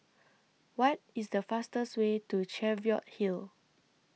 What IS The fastest Way to Cheviot Hill